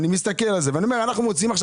אני מסתכל על זה ואני אומר שאנחנו משלמים על